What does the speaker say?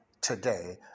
today